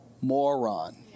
moron